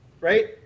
right